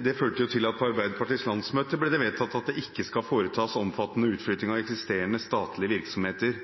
Det førte til at Arbeiderpartiets landsmøte vedtok at det ikke skal foretas omfattende utflytting av eksisterende statlige virksomheter,